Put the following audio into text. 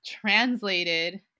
translated